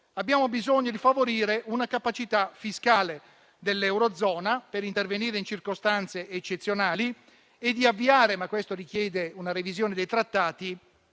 Abbiamo bisogno di favorire una capacità fiscale dell'eurozona, per intervenire in circostanze eccezionali, e di avviare - ma questo richiede una revisione dei trattati